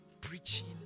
preaching